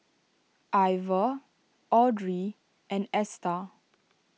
Iver Audrey and Esta